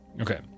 Okay